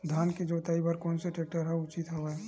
धान के जोताई बर कोन से टेक्टर ह उचित हवय?